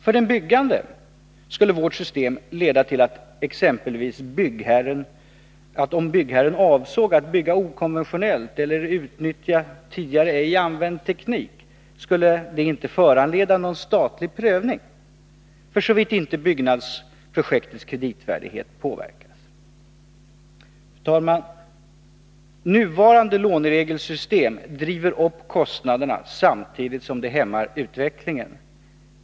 För den byggande skulle vårt system leda till att om byggherren exempelvis avsåg att bygga okonventionellt eller utnyttja tidigare ej använd teknik, skulle detta inte föranleda någon statlig prövning, för såvitt inte byggnadsprojektets kreditvärdighet påverkas. Fru talman! Nuvarande låneregelssystem driver upp kostnaderna, samtidigt som det hämmar utvecklingen.